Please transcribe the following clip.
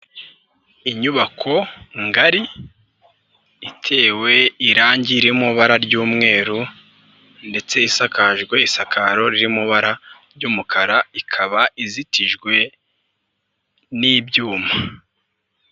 Inyubako ngari itewe irangi riri mu ibara ry'umweru ndetse isakajwe isakaro riri mu ibara ry'umukara ikaba izitijwe n'ibyuma.